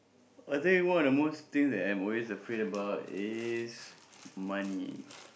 I think one of the most things that I'm always afraid about is money